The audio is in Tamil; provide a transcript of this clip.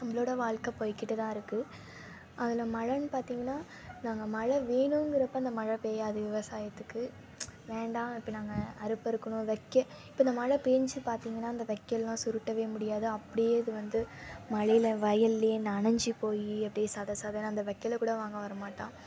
நம்மளோட வாழ்க்கை போய்க்கிட்டேதான் இருக்குது அதில் மழைனு பார்த்திங்கனா நாங்கள் மழை வேணுங்கிறப்ப அந்த மழை பேய்யாது விவசாயத்துக்கு வேண்டாம் இப்போ நாங்கள் அறுப்பருக்கணும் வைக்க இப்போ அந்த மழை பேய்ஞ்சி பார்த்திங்கனா அந்த வைக்கோல்லாம் சுருட்டவே முடியாது அப்படியே அது வந்து மழையில் வயல்லேயே நனைஞ்சி போய் அப்படியே சதசதனு அந்த வைக்கோலக்கூட வாங்க வரமாட்டான்